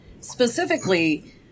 Specifically